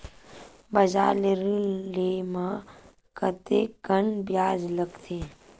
बजार ले ऋण ले म कतेकन ब्याज लगथे?